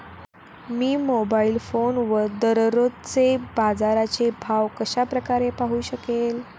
मी mobile फोनवर दररोजचे बाजाराचे भाव कशा प्रकारे पाहू शकेल?